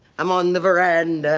i'm on the veranda.